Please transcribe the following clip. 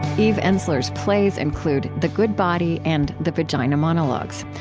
eve ensler's plays include the good body, and the vagina monologues.